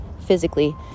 physically